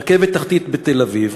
רכבת תחתית בתל-אביב,